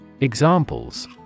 Examples